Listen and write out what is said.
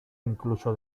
incluso